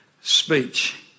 speech